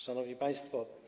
Szanowni Państwo!